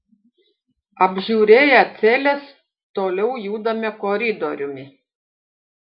apžiūrėję celes toliau judame koridoriumi